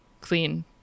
clean